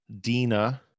dina